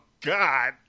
God